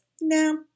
no